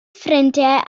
ffrindiau